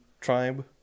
Tribe